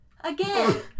Again